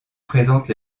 présente